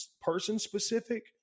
person-specific